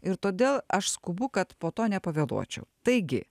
ir todėl aš skubu kad po to nepavėluočiau taigi